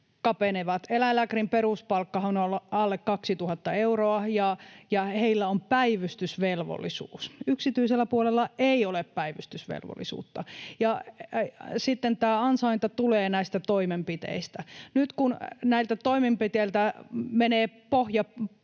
Eläinlääkärin peruspalkkahan on alle 2 000 euroa, ja heillä on päivystysvelvollisuus. Yksityisellä puolella ei ole päivystysvelvollisuutta. Sitten tämä ansainta tulee näistä toimenpiteistä. Nyt kun näiltä toimenpiteiltä menee pohja pois